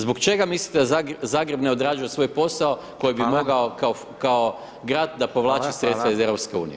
Zbog čega mislite da Zagreb ne odrađuje svoj posao koji bi mogao kao grad da povlači sredstva iz EU?